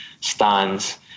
stands